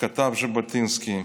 כתב ז'בוטינסקי: